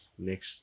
Next